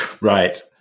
Right